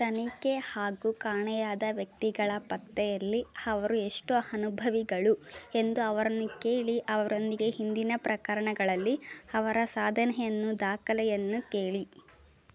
ತನಿಖೆ ಹಾಗೂ ಕಾಣೆಯಾದ ವ್ಯಕ್ತಿಗಳ ಪತ್ತೆಯಲ್ಲಿ ಅವರು ಎಷ್ಟು ಅನುಭವಿಗಳು ಎಂದು ಅವರನ್ನು ಕೇಳಿ ಅವರೊಂದಿಗೆ ಹಿಂದಿನ ಪ್ರಕರಣಗಳಲ್ಲಿ ಅವರ ಸಾಧನೆಯನ್ನು ದಾಖಲೆಯನ್ನು ಕೇಳಿ